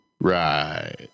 right